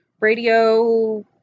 Radio